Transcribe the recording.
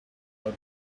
not